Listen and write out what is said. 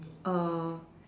uh